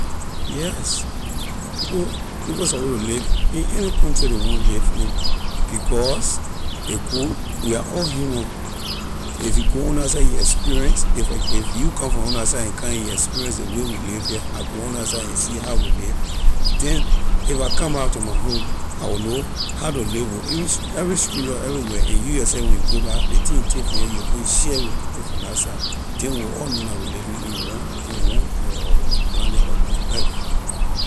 Yes people people suppose to live in any country ley want live in because a good we are all human if you go on la side you experience if fa- if you come from on la side and come here you experience ley way we live here I go on la side and see how we live then if I come back to my home I know how to live with even every stranger everywhere and you yourself when you go back ley thing you take from here you will go you share it with people from la side then we will all know la we living in one in one planet or one earth.